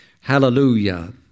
Hallelujah